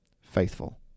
faithful